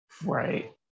right